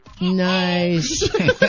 Nice